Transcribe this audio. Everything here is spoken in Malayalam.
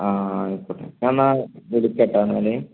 ആ ആയിക്കോട്ടെ ഞാൻ എന്നാൽ വിളിക്കാം കേട്ടോ എന്നാൽ